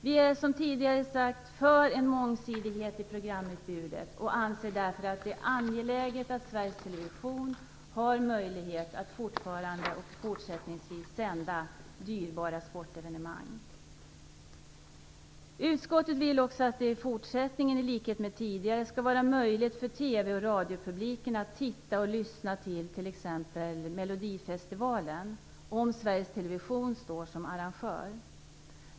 Vi är, vilket tidigare sagts, för en mångsidighet i programutbudet och anser därför att det är angeläget att Sveriges Television har möjlighet att fortsättningsvis sända dyrbara sportevenemang. Utskottet vill också att det i fortsättningen i likhet med tidigare skall vara möjligt för TV och radiopubliken att titta på och lyssna till t.ex. Melodifestivalen om Sveriges Television står som arrangör.